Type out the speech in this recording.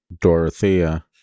Dorothea